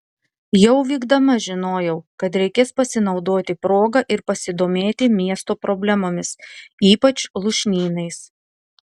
jau vykdama žinojau kad reikės pasinaudoti proga ir pasidomėti miesto problemomis ypač lūšnynais